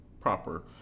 proper